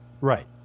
Right